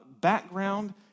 background